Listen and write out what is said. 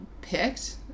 picked